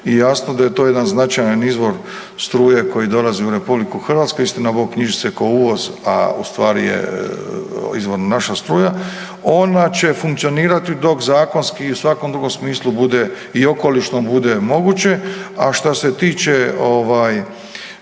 i jasno da je to jedan značajan izvor struje koji dolazi u RH istina Bog knjiži se ko uvoz, a u stvari je izvorno naša struja, ona će funkcionirati dok zakonski i u svakom drugom smislu bude i okolišno bude moguće. A šta se tiče,